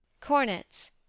Cornets